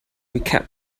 recap